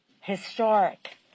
historic